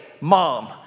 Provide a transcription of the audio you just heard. mom